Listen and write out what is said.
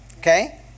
Okay